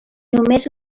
només